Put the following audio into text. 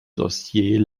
dossier